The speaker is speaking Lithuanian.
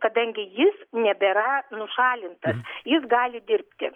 kadangi jis nebėra nušalintas jis gali dirbti